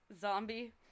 Zombie